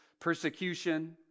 persecution